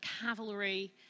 cavalry